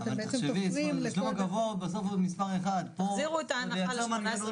קשה בשלב הזה לומר כי אין לנו נתוני